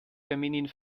feminin